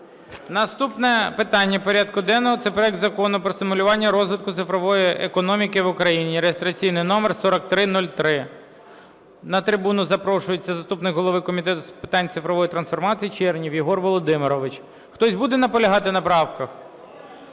Наступне питання порядку денного – це проект Закону про стимулювання розвитку цифрової економіки в Україні (реєстраційний номер 4303). На трибуну запрошується заступник голови Комітету з питань цифрової трансформації Чернєв Єгор Володимирович. Хтось буде наполягати на правках?